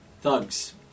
Thugs